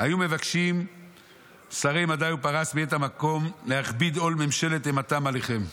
"היו מבקשים שרי מדי ופרס מאת המקום להכביד עול ממשלת אימתם עליכם.